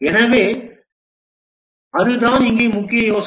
எனவே அதுதான் இங்கே முக்கிய யோசனை